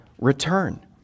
Return